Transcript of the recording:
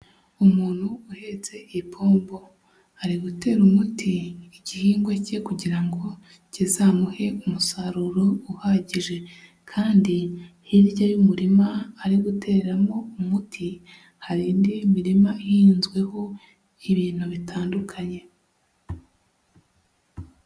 Umuntu uhetse ipombo, ari gutera umuti igihingwa cye kugira ngo kizamuhe umusaruro uhagije, kandi hirya y'umurima ari gutereramo umuti hari indi mirima ihinzweho ibintu bitandukanye.